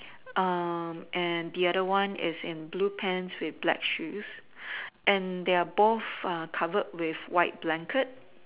err and the other one is in blue pants with black shoes and they are both are covered with white blanket